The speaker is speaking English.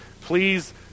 please